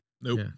Nope